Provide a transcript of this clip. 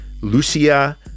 Lucia